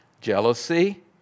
jealousy